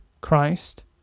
Christ